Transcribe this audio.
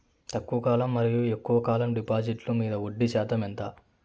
తక్కువ కాలం మరియు ఎక్కువగా కాలం డిపాజిట్లు మీద వడ్డీ శాతం ఎంత?